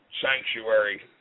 sanctuary